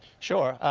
sure,